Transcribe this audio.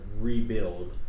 rebuild